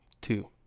Two